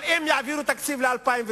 אבל אם יעבירו תקציב ל-2009,